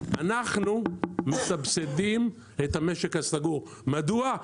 אנחנו מסבסדים את המשק הסגור, מדוע?